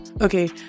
Okay